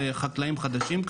וחקלאים חדשים,